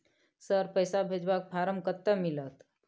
Sir, पैसा भेजबाक form कत्ते मिलत?